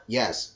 yes